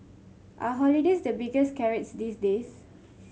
are holidays the biggest carrots these days